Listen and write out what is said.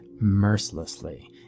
mercilessly